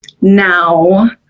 now